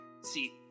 see